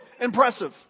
Impressive